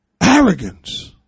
Arrogance